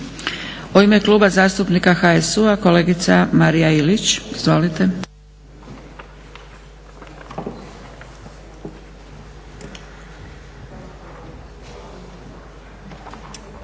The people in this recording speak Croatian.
U ime Kluba zastupnika HSU-a kolegica Marija Ilić. Izvolite.